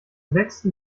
sechsten